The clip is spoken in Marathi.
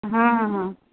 हा हा हा